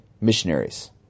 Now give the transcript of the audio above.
missionaries